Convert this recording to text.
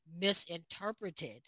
misinterpreted